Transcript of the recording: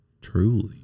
Truly